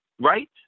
Right